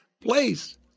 place